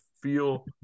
feel